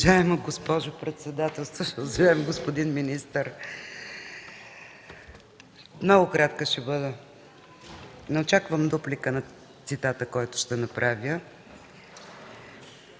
Уважаема госпожо председател, уважаеми господин министър! Много кратка ще бъда. Не очаквам дуплика на цитата, който ще направя.